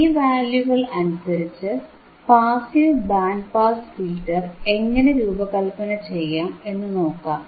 ഈ വാല്യൂകൾ അനുസരിച്ചുള്ള പാസീവ് ബാൻഡ് പാസ് ഫിൽറ്റർ എങ്ങനെ രൂപകല്പന ചെയ്യാം എന്നു നോക്കാം